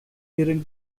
during